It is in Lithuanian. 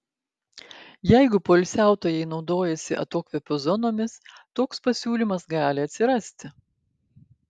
jeigu poilsiautojai naudojasi atokvėpio zonomis toks pasiūlymas gali atsirasti